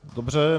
Dobře.